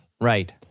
right